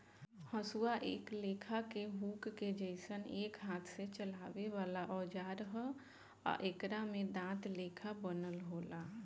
हसुआ एक लेखा के हुक के जइसन एक हाथ से चलावे वाला औजार ह आ एकरा में दांत लेखा बनल होला